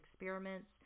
experiments